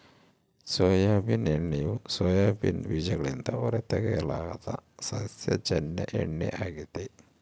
soybean ಎಣ್ಣೆಯು soybean ಬೀಜಗಳಿಂದ ಹೊರತೆಗೆಯಲಾದ ಸಸ್ಯಜನ್ಯ ಎಣ್ಣೆ ಆಗಿದೆ